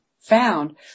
found